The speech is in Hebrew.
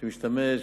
שמשתמש,